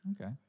Okay